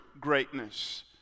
Greatness